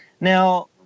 Now